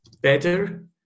better